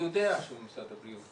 אני יודע שהוא ממשרד הבריאות.